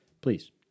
Please